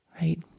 right